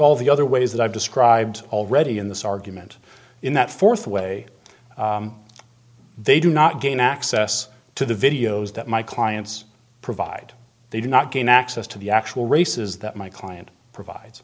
all the other ways that i've described already in this argument in that fourth way they do not gain access to the videos that my clients provide they do not gain access to the actual races that my client